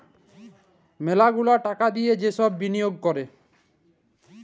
ম্যালা গুলা টাকা দিয়ে যে সব বিলিয়গ ক্যরে